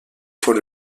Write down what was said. fois